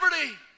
liberty